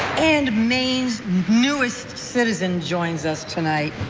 and maine's newest citizen joins us tonight.